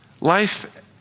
Life